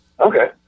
okay